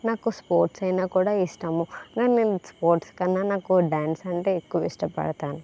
నాకు స్పోర్ట్స్ అయినా కూడా ఇష్టము అయినా నేను స్పోర్ట్స్ కన్నానాకు డ్యాన్స్ అంటే ఎక్కువ ఇష్టపడతాను